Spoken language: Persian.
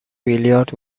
بیلیارد